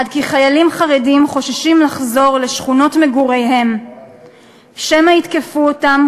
עד כי חיילים חרדים חוששים לחזור לשכונות מגוריהם שמא יתקפו אותם,